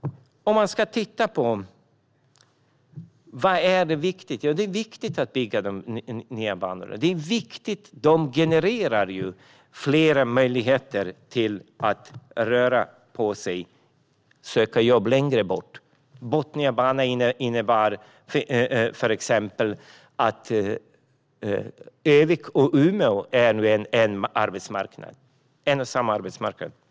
Vad är viktigt? Det är viktigt att bygga nya banor. De genererar möjligheter att röra på sig och söka jobb längre bort. Botniabanan innebär att Ö-vik och Umeå är en och samma arbetsmarknad.